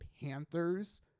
Panthers